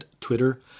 Twitter